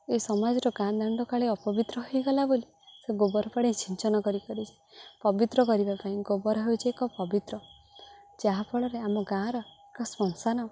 ଏ ସମାଜର ଗାଁ ଦାଣ୍ଡ କାଳେ ଅପବିତ୍ର ହେଇଗଲା ବୋଲି ସେ ଗୋବର ପାଣି ଛିଞ୍ଚନ କରି କରି ପବିତ୍ର କରିବା ପାଇଁ ଗୋବର ହେଉଛି ଏକ ପବିତ୍ର ଯାହାଫଳରେ ଆମ ଗାଁର ଏକ ଶ୍ମଶାନ